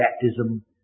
baptism